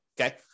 okay